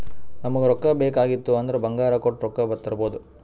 ನಮುಗ್ ರೊಕ್ಕಾ ಬೇಕ್ ಆಗಿತ್ತು ಅಂದುರ್ ಬಂಗಾರ್ ಕೊಟ್ಟು ರೊಕ್ಕಾ ತರ್ಬೋದ್